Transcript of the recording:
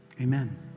Amen